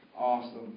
Awesome